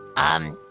um,